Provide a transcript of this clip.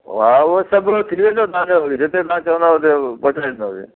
हा उहो सभु थी वेंदो तव्हांजो जिते तव्हां चवंदव हुते पहुचाईंदासीं